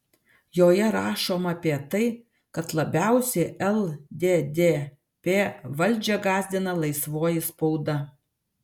joje rašoma apie tai kad labiausiai lddp valdžią gąsdina laisvoji spauda